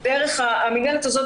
מינהלת.